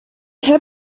her